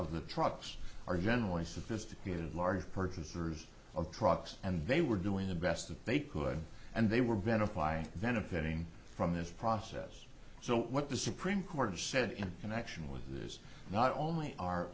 of the trucks are generally sophisticated large purchasers of trucks and they were doing the best that they could and they were benefit by benefiting from this process so what the supreme court has said in connection with this is not only are